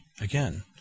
again